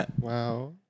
Wow